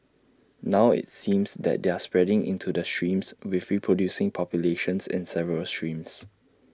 now IT seems that they're spreading into the streams with reproducing populations in several streams